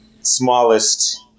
smallest